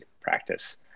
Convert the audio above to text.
practice